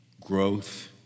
growth